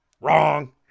Wrong